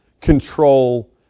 control